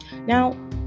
Now